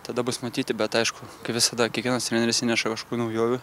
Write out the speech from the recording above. tada bus matyti bet aišku visada kiekvienas treneris įneša tų naujovių